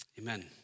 Amen